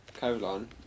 colon